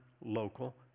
local